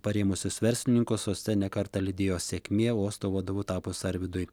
parėmusius verslininkus uoste ne kartą lydėjo sėkmė uosto vadovu tapus arvydui